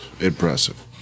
impressive